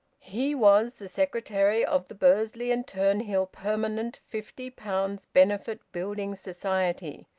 he was the secretary of the bursley and turnhill permanent fifty pounds benefit building society,